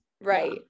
Right